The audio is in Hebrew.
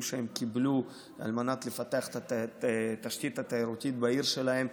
שהם קיבלו על מנת לפתח את התשתית התיירותית בעיר שלהם.